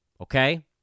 Okay